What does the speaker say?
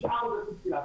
תשעה חודשים פסילה,